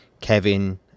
Kevin